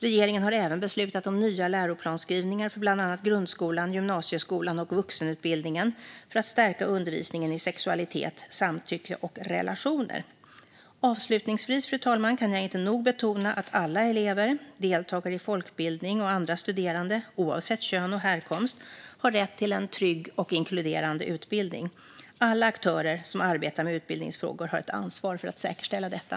Regeringen har även beslutat om nya läroplansskrivningar för bland annat grundskolan, gymnasieskolan och vuxenutbildningen för att stärka undervisningen i sexualitet, samtycke och relationer. Avslutningsvis, fru talman, kan jag inte nog betona att alla elever, deltagare i folkbildning och andra studerande, oavsett kön och härkomst, har rätt till en trygg och inkluderande utbildning. Alla aktörer som arbetar med utbildningsfrågor har ett ansvar för att säkerställa detta.